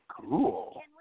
Cool